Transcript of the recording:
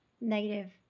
negative